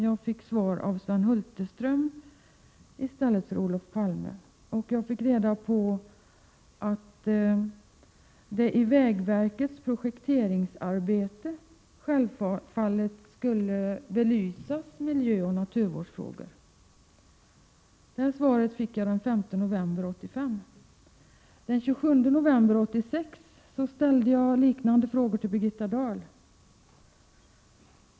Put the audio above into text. Jag fick svar av Sven Hulterström och fick reda på att miljöoch naturvårdsfrågor självfallet skulle belysas i vägverkets projekteringsarbete. Det svaret fick jag den 5 november 1985. Den 27 november 1986 ställde jag liknande frågor till Birgitta Dahl.